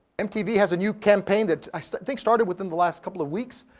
mtv has a new campaign that i so think started within the last couple of weeks,